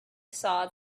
saw